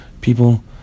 people